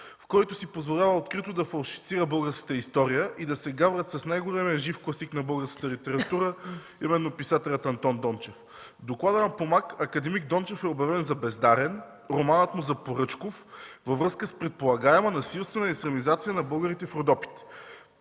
в който си позволяват открито да фалшифицират българската история и да се гаврят с най-големия жив класик на българската литература писателя Антон Дончев. В доклада на „Помак” акад. Дончев е обявен за бездарен, романът му за поръчков във връзка с предполагаема насилствена ислямизация на българите в Родопите